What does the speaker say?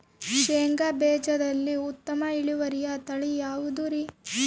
ಶೇಂಗಾ ಬೇಜದಲ್ಲಿ ಉತ್ತಮ ಇಳುವರಿಯ ತಳಿ ಯಾವುದುರಿ?